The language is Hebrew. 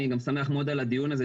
אני גם שמח מאוד על הדיון הזה,